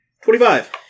Twenty-five